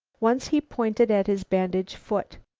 once he pointed at his bandaged foot.